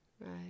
Right